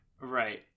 Right